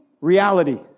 reality